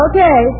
Okay